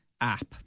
app